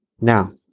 Now